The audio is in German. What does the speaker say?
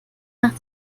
nach